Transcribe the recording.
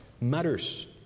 matters